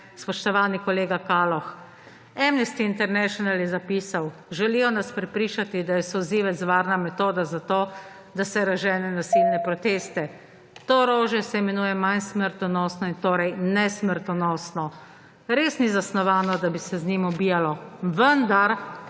spoštovani kolega Kaloh, Amnesty International je zapisal, »Želijo nas prepričati, da je solzivec varna metoda za to, da se razžene nasilne proteste … To orožje se imenuje manj smrtonosno −“in torej nesmrtonosno”. Res ni zasnovano, da bi se z njim ubijalo, vendar